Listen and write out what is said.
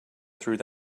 through